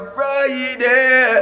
Friday